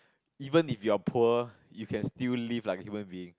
even if you are poor you can still live like a human being